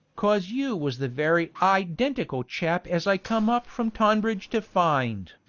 cos you was the very i-dentical chap as i come up from tonbridge to find.